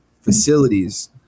Facilities